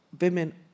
women